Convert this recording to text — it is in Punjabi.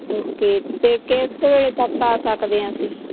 ਓਕੇ ਤੇ ਕਿਸ ਕ ਵੇਲੇ ਤੱਕ ਆ ਸਕਦੇ ਆਂ ਅਸੀਂ